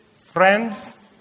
Friends